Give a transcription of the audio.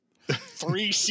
three